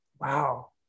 wow